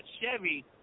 Chevy